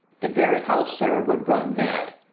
the very house, sir, would run mad.